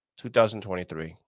2023